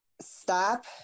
stop